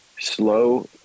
Slow